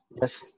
yes